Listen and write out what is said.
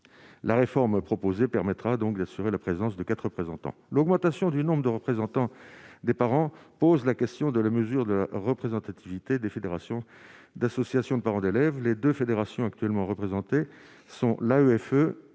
la réforme proposée permettra donc d'assurer la présence de quatre présentant l'augmentation du nombre de représentants des parents pose la question de la mesure de la représentativité des fédérations d'associations de parents d'élèves, les 2 fédérations actuellement représentés sont la EFE